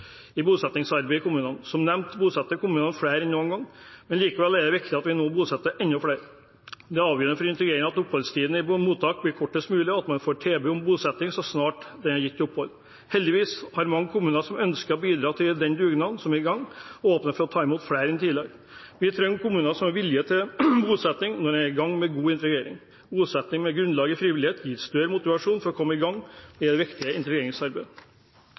i bosettingsarbeidet i kommunene. Som nevnt bosetter kommunene flere enn noen gang, men likevel er det viktig at vi nå bosetter enda flere. Det er avgjørende for integreringen at oppholdstiden i mottak blir kortest mulig, og at man får tilbud om bosetting så snart det er gitt opphold. Heldigvis har mange kommuner som ønsker å bidra til dugnaden som er i gang, åpnet for å ta imot flere enn tidligere. Vi trenger kommuner som er villige til bosetting når man er i gang med god integrering. Bosetting med grunnlag i frivillighet gir større motivasjon for å komme i gang med det viktige integreringsarbeidet.